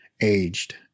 aged